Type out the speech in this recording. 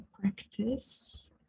Practice